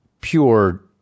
pure